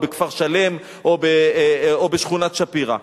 בכפר-שלם או בשכונת-שפירא.